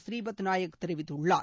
ப்ரீபத் நாயக் தெரிவித்துள்ளார்